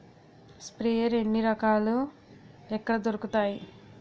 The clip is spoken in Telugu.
స్ప్రేయర్ ఎన్ని రకాలు? ఎక్కడ దొరుకుతాయి?